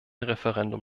referendum